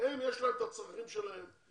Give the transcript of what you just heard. להם יש את הצרכים שלהם.